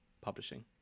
publishing